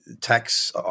tax